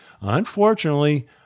unfortunately